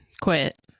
quit